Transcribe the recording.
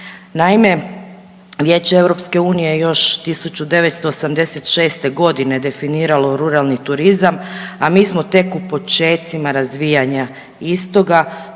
Naime Vijeće Europske unije je još 1986. godine definiralo ruralni turizam, a mi smo tek u počecima razvijanja istoga,